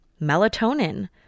Melatonin